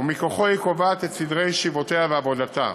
ומכוחו היא קובעת את סדרי ישיבותיה ועבודתה.